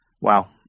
wow